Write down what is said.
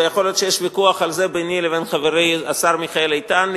ויכול להיות שיש ויכוח על זה ביני לבין חברי השר מיכאל איתן,